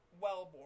Wellborn